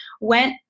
went